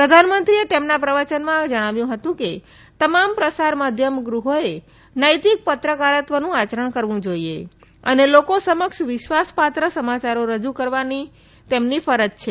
પ્રધાનમંત્રીએ તેમના પ્રવચનમાં કહયું હતું કે તમામ પ્રસાર માધ્યમ ગૃહોએ નૈતિક પત્રકારત્વનું આયરણ કરવુ જોઇએ અને લોકો સમક્ષ વિશ્વાસ પાત્ર સમાચારો રજુ કરવાની પ્રસાર માધ્યમોની ફરજ છે